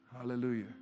Hallelujah